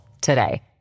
today